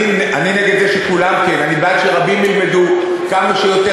הבן של רבי, אני אגיד לך מה הוא כותב.